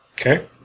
Okay